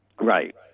Right